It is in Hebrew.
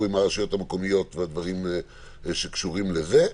עם הרשויות המקומיות והדברים שקשורים לזה.